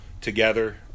together